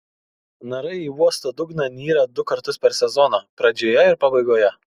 narai į uosto dugną nyra du kartus per sezoną pradžioje ir pabaigoje